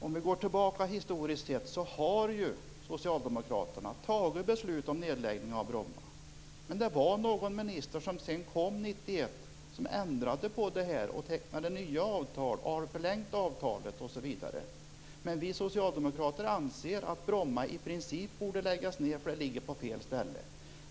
om Bromma. Historiskt sett har socialdemokraterna tagit beslut om en nedläggning av Bromma flygplats. Men en minister som kom 1991 ändrade på detta, tecknade nya avtal, har förlängt avtalet osv. Vi socialdemokrater anser att Bromma flygplats i princip borde läggas ned därför att den ligger på fel ställe.